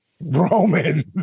Roman